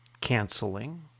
canceling